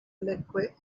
liquid